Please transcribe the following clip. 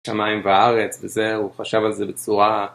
שמיים וארץ וזה הוא חשב על זה בצורה